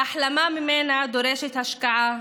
והחלמה ממנה דורשת השקעה,